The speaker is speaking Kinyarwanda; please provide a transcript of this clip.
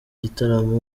gitaramo